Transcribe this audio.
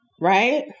Right